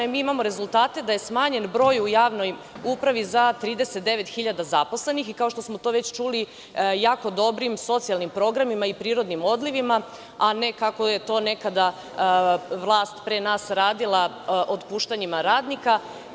Mi imamo rezultate da je smanjen broj u javnoj upravi za 39 hiljada zaposlenih i kao što smo to već čuli jako dobrim socijalnim programima i prirodnim odlivima, a ne kako je to nekada vlast pre nas radila otpuštanjima radnika.